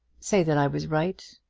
say that i was right.